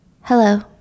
Hello